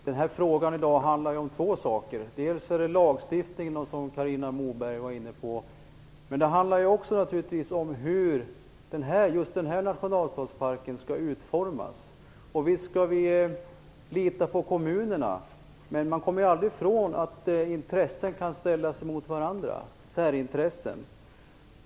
Herr talman! Den här frågan handlar om två saker, dels lagstiftningen, som Carina Moberg var inne på, dels utformningen av just den här nationalstadsparken. Visst skall vi lita på kommunerna, men man kommer aldrig ifrån att intressen, särintressen, kan ställas mot varandra.